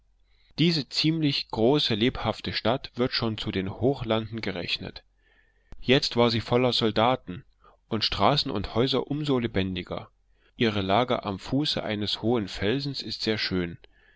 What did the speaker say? diese ziemlich große lebhafte stadt wird schon zu den hochlanden gerechnet jetzt war sie voller soldaten und straßen und häuser umso lebendiger ihre lage am fuße eines hohen felsen ist sehr schön